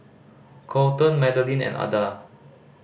Kolton Madelyn and Ada